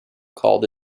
called